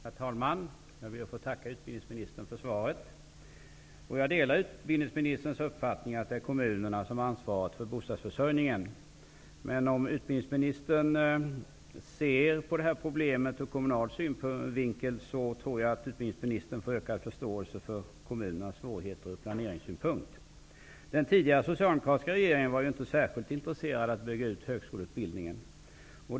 Herr talman! Jag ber att få tacka utbildningsministern för svaret. Jag delar utbildningsministerns uppfattning att det är kommunerna som har ansvaret för bostadsförsörjningen, men om utbildningsministern ser på det här problemet ur kommunal synvinkel tror jag att utbildningsministern får ökad förståelse för kommunernas svårigheter ur planeringssynpunkt. Den tidigare socialdemokratiska regeringen var ju inte särskilt intresserad av att bygga ut högskoleutbildningen.